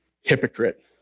hypocrite